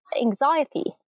anxiety